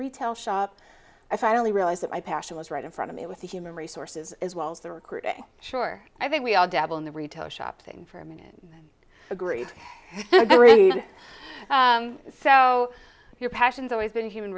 retail shop i finally realized that my passion was right in front of it with the human resources as well as the recruiting sure i think we all dabble in the retail shopping for a minute agreed and so your passions always been human